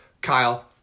Kyle